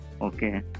Okay